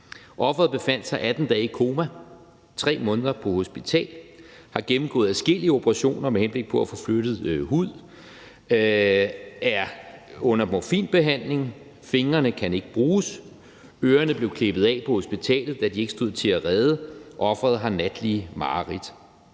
Offeret befandt sig 18 dage i koma, 3 måneder på hospital, har gennemgået adskillige operationer med henblik på at få flyttet hud, er under morfinbehandling, fingrene kan ikke bruges, ørerne blev klippet af på hospitalet, da de ikke stod til at redde, og offeret har natlige mareridt.